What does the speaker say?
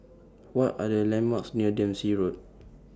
What Are The landmarks near Dempsey Road